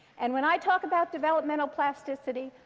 and when i talk about developmental plasticity,